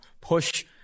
push –